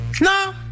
No